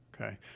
okay